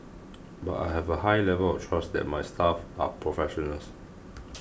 but I have a high level of trust that my staff are professionals